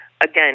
Again